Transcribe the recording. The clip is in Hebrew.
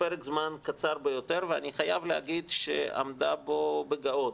פרק זמן קצר ביותר ואני חייב להגיד שהיא עמדה בו בגאון.